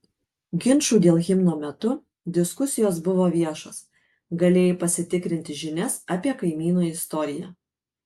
ginčų dėl himno metu diskusijos buvo viešos galėjai pasitikrinti žinias apie kaimyno istoriją